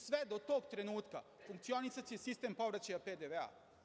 Sve do tog trenutka funkcionisaće sistem povraćaja PDV.